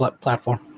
platform